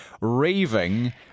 raving